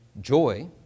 joy